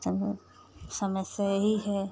सभी समस्या यही है